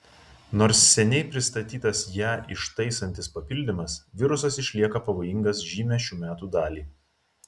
nors seniai pristatytas ją ištaisantis papildymas virusas išlieka pavojingas žymią šių metų dalį